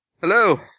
Hello